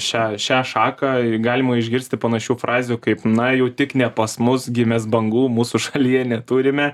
šią šią šaką galima išgirsti panašių frazių kaip na jau tik ne pas mus gi mes bangų mūsų šalyje neturime